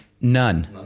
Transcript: None